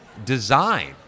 design